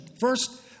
First